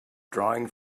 drawing